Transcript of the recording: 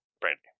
Brandy